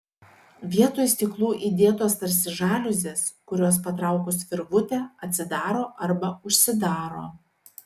vietoj stiklų įdėtos tarsi žaliuzės kurios patraukus virvutę atsidaro arba užsidaro